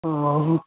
हाँ